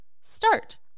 start